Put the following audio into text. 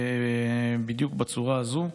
בדיוק בצורה הזו.